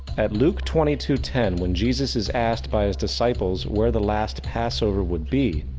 at luke twenty two ten when jesus is asked by his disciples where the last passover would be,